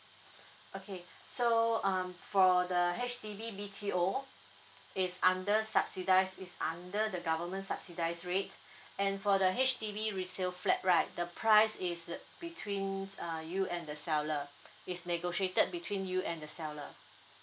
okay so um for the H_D_B B_T_O is under subsidise is under the government subsidise rate and for the H_D_B resale flat right the price is uh between uh you and the seller is negotiated between you and the seller